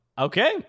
okay